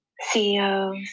CEOs